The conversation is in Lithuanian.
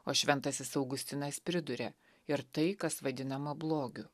o šventasis augustinas priduria ir tai kas vadinama blogiu